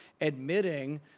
admitting